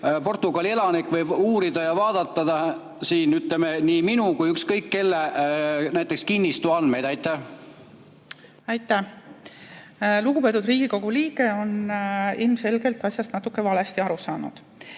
Portugali elanik võib uurida ja vaadata nii minu kui ka ükskõik kelle kinnistuandmeid. Aitäh! Lugupeetud Riigikogu liige on ilmselgelt asjast natuke valesti aru saanud.